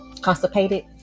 constipated